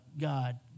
God